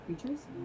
creatures